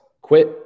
Quit